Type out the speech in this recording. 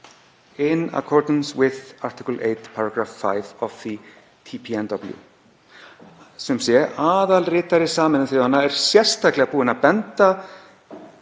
in accordance with article 8, paragraph 5 of the TPNW.“